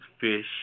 fish